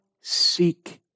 seek